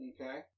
Okay